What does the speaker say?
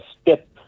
step